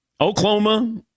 Oklahoma